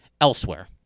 elsewhere